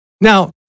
Now